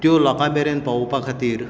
त्यो लोकां मेरेन पावोवपा खातीर